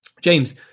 James